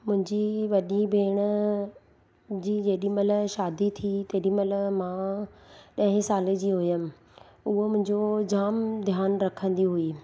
मुंहिंजी वॾी भेण जी जेॾीमहिल शादी थी तेॾीमहिल मां ॾहें साले जी हुयमि उहो मुंहिंजो जाम ध्यानु रखंदी हुई